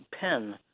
pen